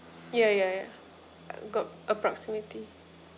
ya ya ya got approximity